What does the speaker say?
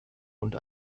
und